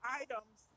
items